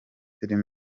film